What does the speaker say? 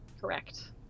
correct